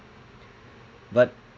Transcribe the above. but